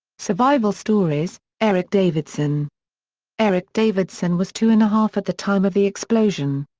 survival stories eric davidson eric davidson was two and a half at the time of the explosion.